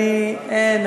אין.